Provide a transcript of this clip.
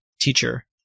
teacher